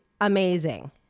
amazing